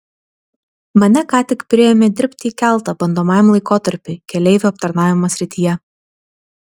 mane ką tik priėmė dirbti į keltą bandomajam laikotarpiui keleivių aptarnavimo srityje